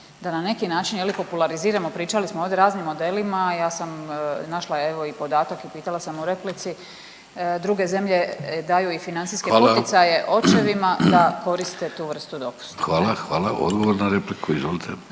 da na neki način, je li, populariziramo, pričali smo ovdje o raznim modelima, ja sam našla, evo i podatak i pitala sam u replici, druge zemlje daju i financijske poticaje .../Upadica: Hvala./... očevima da koriste tu vrstu dopusta. **Vidović, Davorko (Nezavisni)**